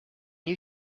you